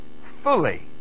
fully